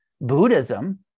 Buddhism